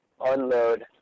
unload